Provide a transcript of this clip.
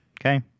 Okay